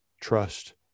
trust